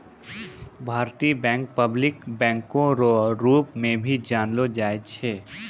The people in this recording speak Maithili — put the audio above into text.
भारतीय बैंक पब्लिक बैंको रो रूप मे भी जानलो जाय छै